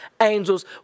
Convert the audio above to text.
angels